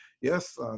yes